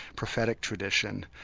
prophetic tradition.